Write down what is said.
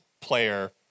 player